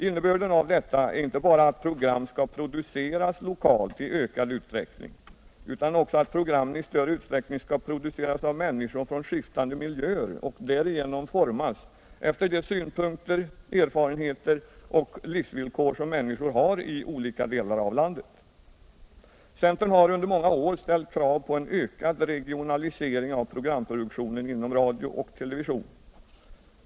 Innebörden av detta är inte bara att program skall produceras lokalt i ökad utsträckning, utan också att programmen i större utsträckning skall produceras av människor från skiftande miljöer och därigenom formas efter de synpunkter, erfarenheter och livsvillkor som människor har i olika delar av landet. Centern har under många år ställt krav på en ökad regionalisering av programproduktionen inom radio och television.